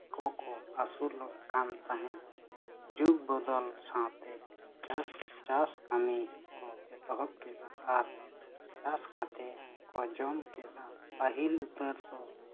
ᱟᱠᱚ ᱠᱚ ᱟᱹᱥᱩᱞᱚᱜ ᱠᱟᱱ ᱛᱟᱦᱮᱸᱫ ᱡᱩᱜᱽ ᱵᱚᱫᱚᱞ ᱥᱟᱶᱛᱮ ᱪᱟᱥ ᱪᱟᱥ ᱠᱟᱹᱢᱤ ᱠᱚ ᱮᱛᱚᱦᱚᱵ ᱠᱮᱫᱟ ᱟᱨ ᱪᱟᱥ ᱠᱟᱛᱮᱫ ᱠᱚ ᱡᱚᱢ ᱠᱮᱫᱟ ᱯᱟᱹᱦᱤᱞ ᱩᱛᱟᱹᱨ ᱫᱚ